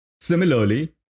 similarly